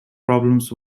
problems